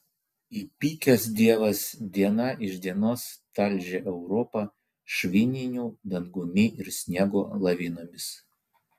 įpykęs dievas diena iš dienos talžė europą švininiu dangumi ir sniego lavinomis